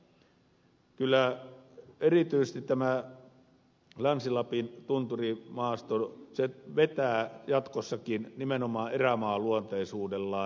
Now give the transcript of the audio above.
kyllä erityisesti tämä länsi lapin tunturimaasto vetää jatkossakin nimenomaan erämaaluonteisuudellaan